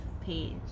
page